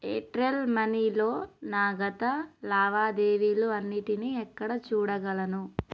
Airtel మనీలో నా గత లావాదేవీలు అన్నిటినీ ఎక్కడ చూడగలను